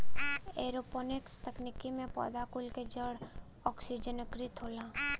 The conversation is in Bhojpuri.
एरोपोनिक्स तकनीकी में पौधा कुल क जड़ ओक्सिजनकृत होला